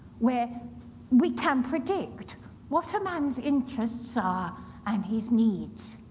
where we can predict what a man's interests are and his needs.